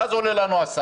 ואז עולה השר